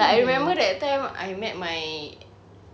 like I remember that time I met my